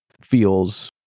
feels